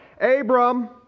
Abram